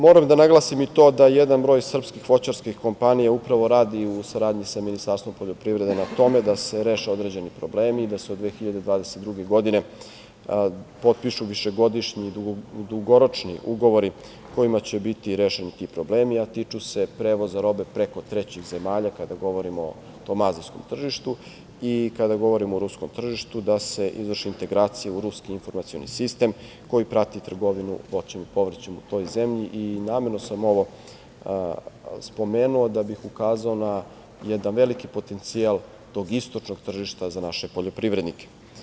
Moram da naglasim i to da jedan broj srpskih voćarskih kompanija upravo radi u saradnji sa Ministarstvom poljoprivrede na tome da se reše određeni problemi, da se od 2022. godine, potpišu višegodišnji dugoročni ugovori kojima će biti rešeni ti problemi, a tiču se prevoza robe preko trećih zemalja kada govorimo o tom azijskom tržištu i kada govorim o ruskom tržištu, da se izvrši integracija u ruski informacioni sistem koji prati trgovinu voćem i povrćem u toj zemlji i namerno sam ovo spomenuo da bih ukazao na jedan veliki potencijal tog istočnog tržišta za naše poljoprivrednike.